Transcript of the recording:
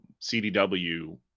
CDW